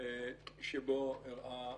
שבו אירעה